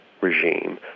regime